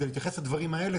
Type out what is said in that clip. כדי להתייחס לדברים האלו,